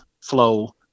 flow